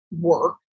work